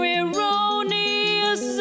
erroneous